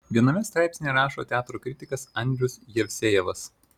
viename straipsnyje rašo teatro kritikas andrius jevsejevas